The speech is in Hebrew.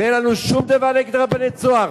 ואין לנו שום דבר נגד רבני "צהר",